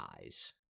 eyes